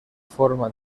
forma